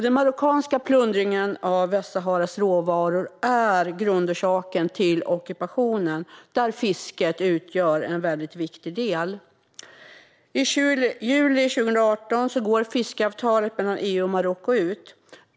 Den marockanska plundringen av Västsaharas råvaror är grundorsaken till ockupationen, där fisket utgör en väldigt viktig del. I juli 2018 går fiskeavtalet mellan EU och Marocko ut.